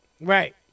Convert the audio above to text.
Right